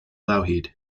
lougheed